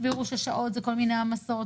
שהסבירו ששעות זה כל מי העמסות,